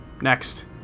Next